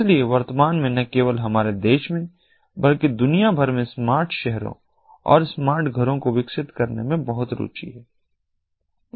इसलिए वर्तमान में न केवल हमारे देश में बल्कि दुनिया भर में स्मार्ट शहरों और स्मार्ट घरों को विकसित करने में बहुत रुचि है